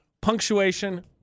punctuation